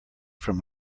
from